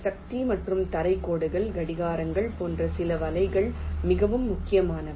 சக்தி மற்றும் தரை கோடுகள் கடிகாரங்கள் போன்ற சில வலைகள் மிகவும் முக்கியமானவை